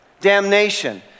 damnation